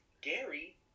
Gary